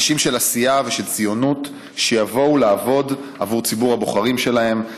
אנשים של עשייה ושל ציונות שיבואו לעבוד עבור ציבור הבוחרים שלהם,